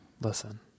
Listen